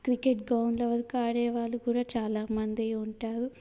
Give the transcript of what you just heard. cricket ground లెవెల్కు ఆడేవాళ్ళు కూడా చాలామంది ఉంటారు